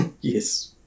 yes